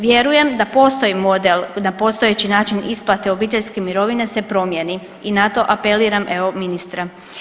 Vjerujem da postoji model da postojeći način isplate obiteljske mirovine se promjeni i na to apeliram evo ministra.